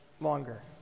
longer